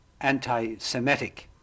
anti-Semitic